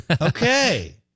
Okay